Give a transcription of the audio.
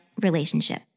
relationship